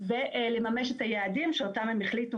שהיה הדיון הראשון שהיה,